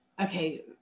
okay